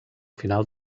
final